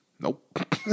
Nope